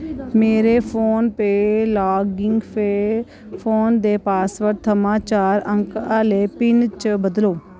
मेरे PhonePe login फे phone दे पासवर्ड थमां चार अंक आह्ले पिन च बदलो